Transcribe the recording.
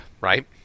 right